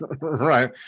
Right